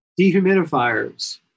dehumidifiers